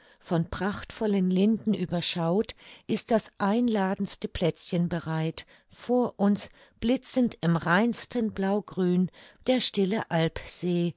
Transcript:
von prachtvollen linden überschaut ist das einladenste plätzchen bereit vor uns blitzend im reinsten blaugrün der stille alp see